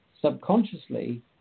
subconsciously